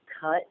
cut